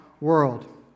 world